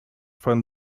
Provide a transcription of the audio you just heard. fun